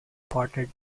partner